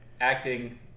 acting